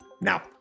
Now